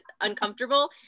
uncomfortable